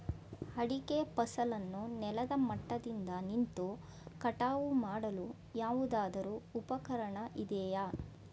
ಅಡಿಕೆ ಫಸಲನ್ನು ನೆಲದ ಮಟ್ಟದಿಂದ ನಿಂತು ಕಟಾವು ಮಾಡಲು ಯಾವುದಾದರು ಉಪಕರಣ ಇದೆಯಾ?